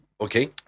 Okay